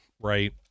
right